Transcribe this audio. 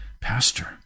Pastor